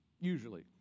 usually